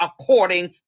according